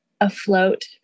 afloat